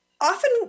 often